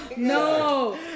No